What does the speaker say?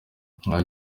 aho